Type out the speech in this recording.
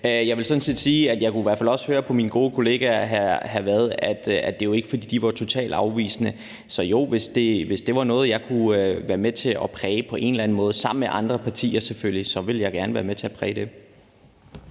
Jeg vil sådan set sige, og jeg kunne i hvert fald godt høre på min gode kollega hr. Frederik Vad, at det ikke var, fordi de var totalt afvisende. Så jo, hvis det var noget, som jeg kunne være med til at præge på en eller anden måde – selvfølgelig sammen med andre partier – så ville jeg gerne være med til at præge det.